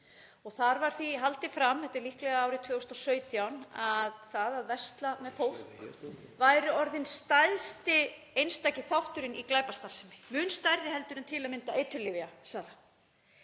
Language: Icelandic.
Þar var því haldið fram, þetta er líklega árið 2017, að það að versla með fólk væri orðinn stærsti einstaki þátturinn í glæpastarfsemi, mun stærri heldur en til að mynda eiturlyfjasala.